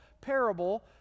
parable